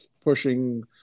pushing